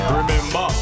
Remember